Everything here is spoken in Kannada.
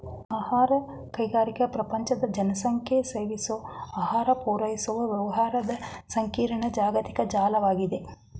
ಆಹಾರ ಕೈಗಾರಿಕೆ ಪ್ರಪಂಚದ ಜನಸಂಖ್ಯೆಸೇವಿಸೋಆಹಾರಪೂರೈಸುವವ್ಯವಹಾರದಸಂಕೀರ್ಣ ಜಾಗತಿಕ ಜಾಲ್ವಾಗಿದೆ